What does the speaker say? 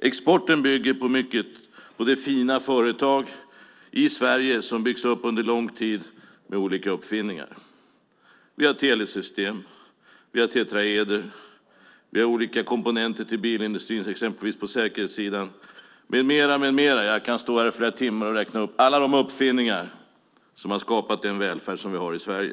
Exporten bygger på de fina företag i Sverige som byggts upp under lång tid med olika uppfinningar. Vi har telesystem, tetraedern, olika komponenter till bilindustrin, exempelvis på säkerhetssidan, med mera. Jag kan stå här flera timmar och räkna upp alla de uppfinningar som har skapat den välfärd som vi har i Sverige.